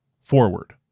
Forward